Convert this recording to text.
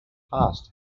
passed